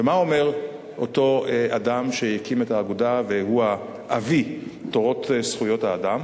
ומה אומר אותו אדם שהקים את האגודה והוא אבי תורת זכויות האדם?